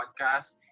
podcast